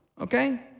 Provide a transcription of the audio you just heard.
okay